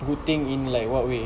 good thing like in what way